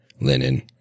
linen